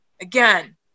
again